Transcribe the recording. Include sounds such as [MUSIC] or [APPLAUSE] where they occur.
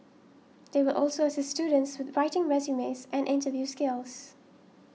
they will also assist students [UNINTELLIGIBLE] writing resumes and interview skills